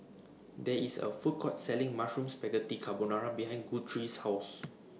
There IS A Food Court Selling Mushroom Spaghetti Carbonara behind Guthrie's House